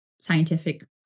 scientific